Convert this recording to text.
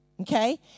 okay